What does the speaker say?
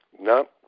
No